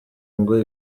ngo